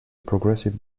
progressive